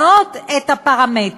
לשנות את הפרמטרים.